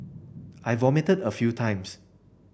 I vomited a few times